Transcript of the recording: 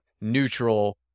neutral